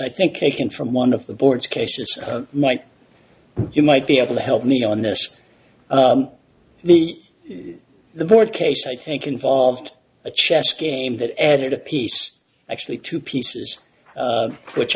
i think taken from one of the boards cases might you might be able to help me on this the the board case i think involved a chess game that added a piece actually two pieces which